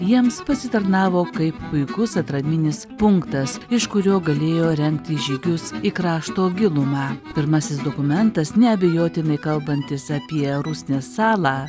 jiems pasitarnavo kaip puikus atraminis punktas iš kurio galėjo rengti žygius į krašto gilumą pirmasis dokumentas neabejotinai kalbantis apie rusnės salą